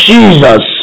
Jesus